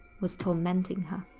was tormenting her.